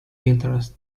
interest